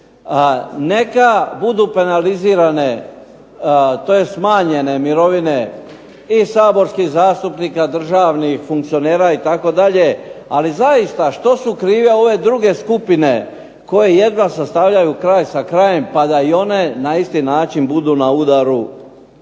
Neka budu penalizirane tj. smanjene mirovine i saborskih zastupnika, državnih funkcionera itd., ali zaista što su krive ove druge skupine koje jedva sastavljaju kraj s krajem pa da i one na isti način budu na udaru